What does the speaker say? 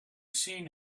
seen